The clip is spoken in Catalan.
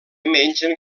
mengen